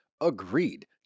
Agreed